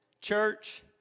Church